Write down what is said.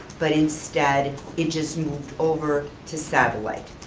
but instead it just moved over to satellite.